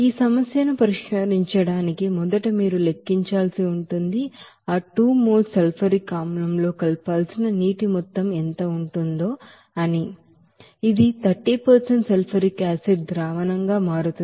ఈ సమస్యను పరిష్కరించడానికి మొదట మీరు లెక్కించాల్సి ఉంటుంది ఆ 2 మోల్ సల్ఫ్యూరిక్ ಆಸಿಡ್తో కలపాల్సిన నీటి మొత్తం ఎంత ఉంటుందో మీకు తెలుసు ఇది 30 సల్ఫ్యూరిక్ యాసిడ్ ಸೊಲ್ಯೂಷನ್గా మారుతుంది